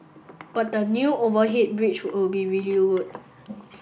but the new overhead bridge will be really good